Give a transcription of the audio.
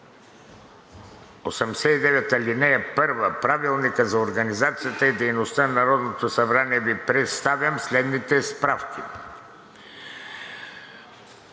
89, ал. 1 от Правилника за организацията и дейността на Народното събрание Ви представям следните справки: